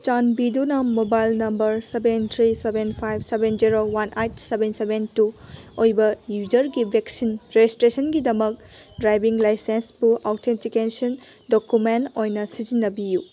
ꯆꯥꯟꯕꯤꯗꯨꯅ mobile number seven three seven five seven zero one eight seven seven two ꯑꯣꯏꯕ ꯌꯨꯖꯔꯒꯤ vaccine ꯔꯦꯖꯤꯇ꯭ꯔꯦꯁꯟꯒꯤꯃꯛ driving ꯂꯥꯏꯁꯦꯟꯁꯄꯨ ꯑꯧꯊꯦꯟꯇꯤꯀꯦꯁꯟ ꯗꯣꯀꯨꯃꯦꯟ ꯑꯣꯏꯅ ꯁꯤꯖꯤꯟꯅꯕꯤꯌꯨ